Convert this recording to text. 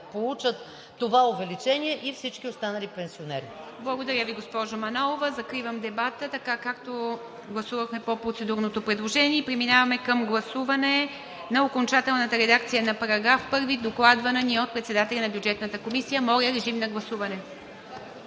получат това увеличение всички останали пенсионери.